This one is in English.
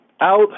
out